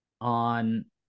on